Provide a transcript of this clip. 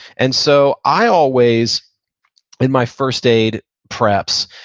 and so i always in my first aid preps,